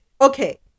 Okay